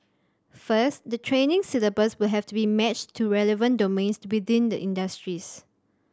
first the training syllabus will have to be matched to relevant domains to within the industries